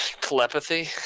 Telepathy